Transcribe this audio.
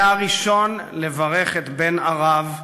היה הראשון לברך את "בן ערב",